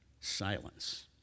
silence